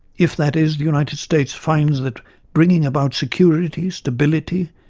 if, that is, the united states finds that bringing about security, stability,